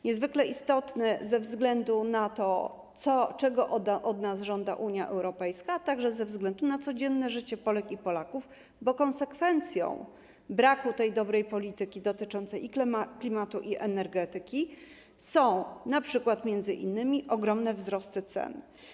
Niezwykle istotny ze względu na to, czego od nas żąda Unia Europejska, a także ze względu na codzienne życie Polek i Polaków, bo konsekwencją braku dobrej polityki dotyczącej klimatu i energetyki są m.in. ogromne wzrosty cen.